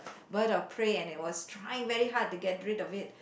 bird of prey and it was trying very hard to get rid of it